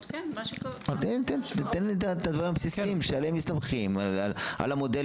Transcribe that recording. תן לי את הדברים הבסיסיים שעליהם מסתמכים על המודל